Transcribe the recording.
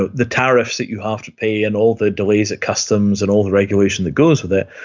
ah the tariffs that you have to pay and all the delays at customs and all the regulation that goes with it,